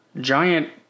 giant